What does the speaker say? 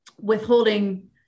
withholding